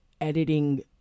editing